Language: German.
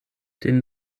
den